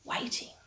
waiting